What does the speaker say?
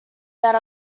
that